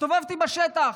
הסתובבתי בשטח,